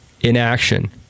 inaction